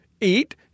eat